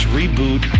reboot